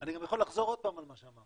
אני גם יכול לחזור עוד פעם על מה שאמרתי,